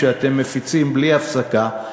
שאתם מפיצים בלי הפסקה,